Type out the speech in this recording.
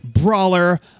brawler